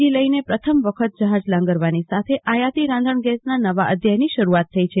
જી લઈને પ્રથમ વખત જહાજ લાંગરવાની સાથે આયાતી રાંધણગેસના નવા અધ્યાયની શરૂઆત થઈ છે